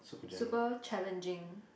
super challenging